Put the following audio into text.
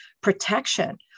protection